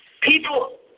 People